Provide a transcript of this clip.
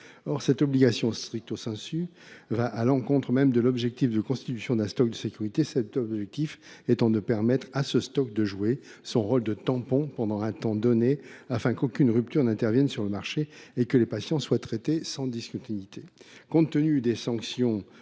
Or cette obligation stricte va à l’encontre même de l’objectif de constitution d’un stock de sécurité, qui est de permettre à ce stock de jouer son rôle de tampon pendant un temps donné afin qu’aucune rupture n’intervienne sur le marché et que les patients soient traités sans discontinuité. Compte tenu des sanctions